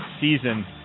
season